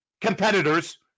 competitors